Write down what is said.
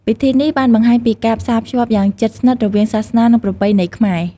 ពិធីនេះបានបង្ហាញពីការផ្សារភ្ជាប់យ៉ាងជិតស្និទ្ធរវាងសាសនា និងប្រពៃណីខ្មែរ។